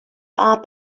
are